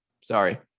Sorry